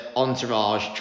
entourage